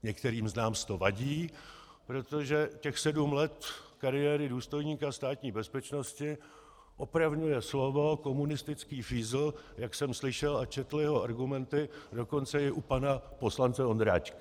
Některým z nás to vadí, protože těch sedm let kariéry důstojníka Státní bezpečnosti opravňuje slovo komunistický fízl, jak jsem slyšel a četl jeho argumenty, dokonce i u pana poslance Ondráčka.